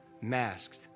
masked